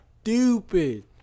stupid